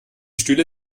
stühle